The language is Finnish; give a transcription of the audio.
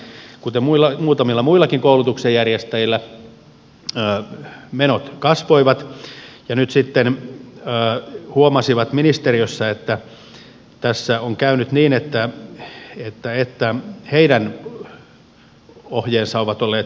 no jalasjärvellä kuten muutamilla muillakin koulutuksen järjestäjillä menot kasvoivat ja nyt sitten huomasivat ministeriössä että tässä on käynyt niin että heidän ohjeensa ovat olleet puutteelliset